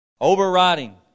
Overriding